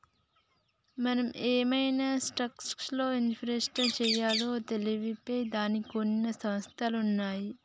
మనం ఏయే స్టాక్స్ లో ఇన్వెస్ట్ చెయ్యాలో తెలిపే దానికి కొన్ని సంస్థలు ఉన్నయ్యి